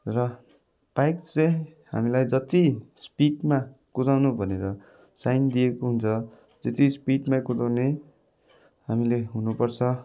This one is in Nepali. र बाइक चाहिँ हामीलाई जति स्पिडमा कुदाउनु भनेर साइन दिएको हुन्छ त्यति स्पिडमै कुदाउने हामीले हुनुपर्छ